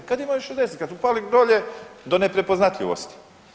Kad imaju 60, kad su pali dolje do neprepoznatljivosti.